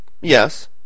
Yes